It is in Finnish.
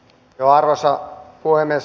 arvoisa puhemies